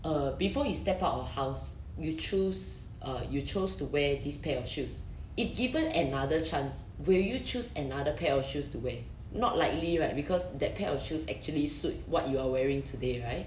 err before you step out of the house you choose err you chose to wear this pair of shoes if given another chance will you choose another pair of shoes to wear not likely right because that pair of shoes actually suit what you are wearing today right